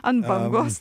ant bangos